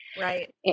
Right